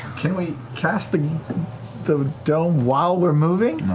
can we cast the the dome while we're moving?